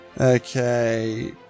Okay